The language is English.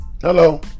Hello